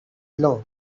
blow